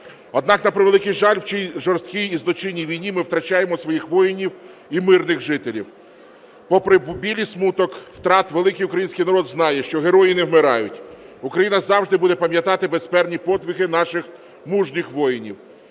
Однак, на превеликий жаль, в цій жорсткій і злочинній війні ми втрачаємо своїх воїнів і мирних жителів. Попри біль і смуток втрат, великий український народ знає, що герої не вмирають, Україна завжди буде пам'ятати безсмертні подвиги наших мужніх воїнів.